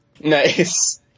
Nice